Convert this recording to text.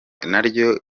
naryo